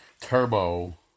Turbo